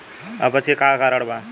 अपच के का कारण बा?